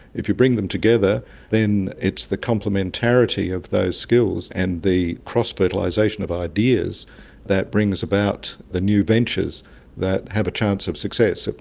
if you bring them together then it's the complementarity of those skills and the cross-fertilisation of ideas that brings about the new ventures that have a chance of success.